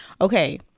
okay